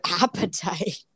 appetite